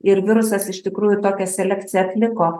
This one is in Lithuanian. ir virusas iš tikrųjų tokią selekciją atliko